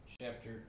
chapter